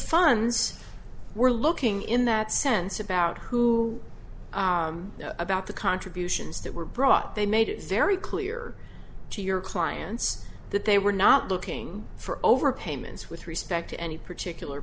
funds we're looking in that sense about who know about the contributions that were brought they made it very clear to your clients that they were not looking for overpayments with respect to any particular